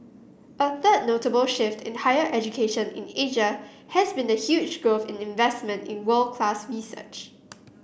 a third notable shift in higher education in has been the huge growth in investment in world class research